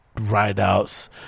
ride-outs